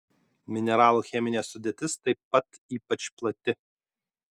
mineralų cheminė sudėtis taip pat ypač plati